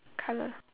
colour